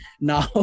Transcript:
now